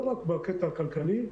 לא רק בקטע הכלכלי,